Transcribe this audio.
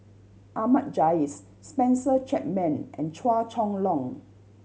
Ahmad Jais Spencer Chapman and Chua Chong Long